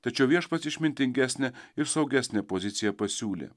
tačiau viešpats išmintingesnę ir saugesnę poziciją pasiūlė